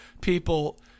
people